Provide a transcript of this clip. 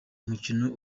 umukino